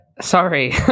sorry